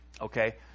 okay